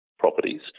Properties